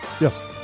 yes